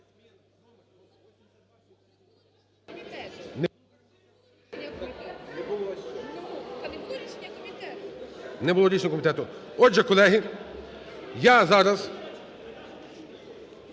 Не було рішення комітету. Отже, колеги, я зараз,